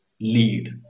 lead